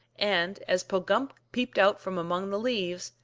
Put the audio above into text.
and as pogumk peeped out from among the leaves,